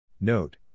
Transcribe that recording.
Note